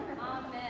Amen